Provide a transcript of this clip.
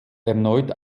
erneut